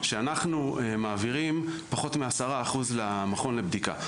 שאנחנו מעבירים פחות מ-10% למכון לבדיקה.